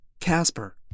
Casper